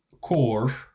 core